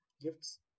gifts